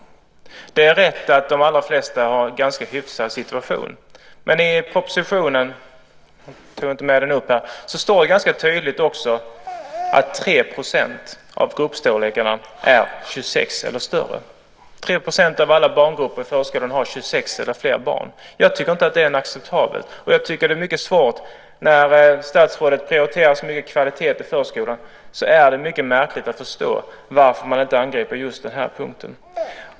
Det är rätt att de allra flesta har en ganska hyfsad situation. Men i propositionen - jag tog inte med den till talarstolen - står det ganska tydligt att 3 % av alla barngrupper i förskolan har 26 eller fler barn. Jag tycker inte att det är acceptabelt. När statsrådet så mycket prioriterar kvalitet i förskolan är det mycket svårt att förstå varför man inte angriper just den punkten.